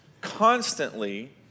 constantly